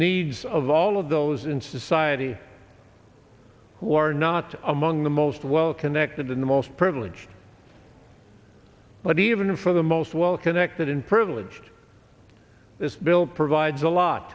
needs of all of those in society who are not among the most well connected in the most privileged but even for the most well connected in privileged this bill provides a lot